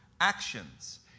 actions